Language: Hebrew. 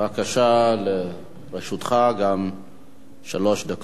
בבקשה, גם לרשותך שלוש דקות.